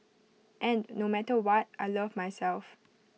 and no matter what I love myself